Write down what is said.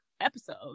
episode